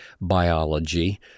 biology